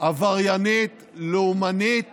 עבריינית לאומנית